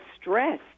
stress